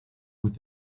with